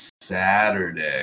Saturday